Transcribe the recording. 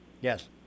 Yes